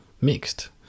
mixed